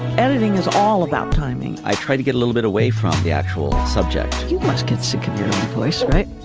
editing is all about timing. i tried to get a little bit away from the actual subject. you must get sick of your replacement.